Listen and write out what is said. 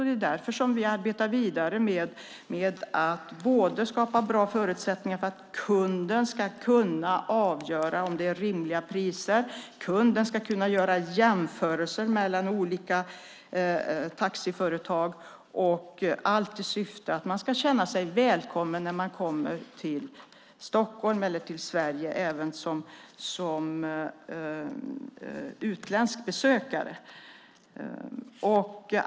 Det är därför vi arbetar vidare med att skapa bra förutsättningar för att kunden ska kunna avgöra om det är rimliga priser. Kunden ska kunna göra jämförelser mellan olika taxiföretag och känna sig välkommen när man kommer till Stockholm eller till Sverige, naturligtvis även utländska besökare.